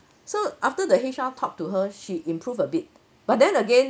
so after the H_R talked to her she improve a bit but then again